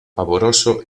pavoroso